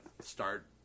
start